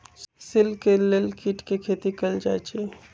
silk के लेल कीट के खेती कएल जाई छई